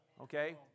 Okay